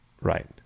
Right